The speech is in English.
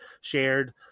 shared